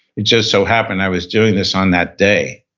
it just so happened i was doing this on that day,